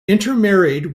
intermarried